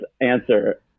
answer